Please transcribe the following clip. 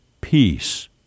peace